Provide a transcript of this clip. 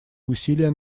усилия